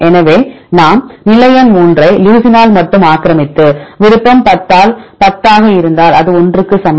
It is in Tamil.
எனவே நாம் நிலை எண் 3 ஐ லுசினால் மட்டுமே ஆக்கிரமித்து விருப்பம் 10 ஆல் 10 ஆக இருந்தால் இது 1 க்கு சமம்